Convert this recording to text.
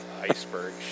iceberg